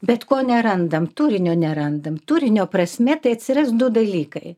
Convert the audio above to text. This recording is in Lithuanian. bet ko nerandam turinio nerandam turinio prasme tai atsiras du dalykai